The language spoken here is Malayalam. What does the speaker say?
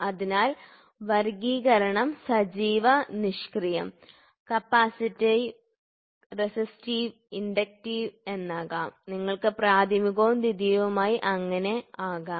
അതിനാൽ വർഗ്ഗീകരണം സജീവ നിഷ്ക്രിയം കപ്പാസിറ്റീവ് റെസിസ്റ്റീവ് ഇൻഡക്റ്റീവ് എന്നാകാം നിങ്ങൾക്ക് പ്രാഥമികവും ദ്വിതീയവും അങ്ങനെ ആകാം